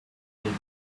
bend